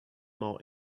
more